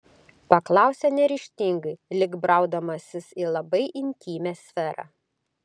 paklausė neryžtingai lyg braudamasis į labai intymią sferą